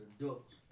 adults